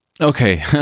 okay